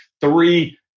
three